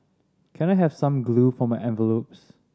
can I have some glue for my envelopes